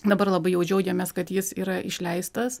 dabar labai jau džiaugiamės kad jis yra išleistas